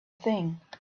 thing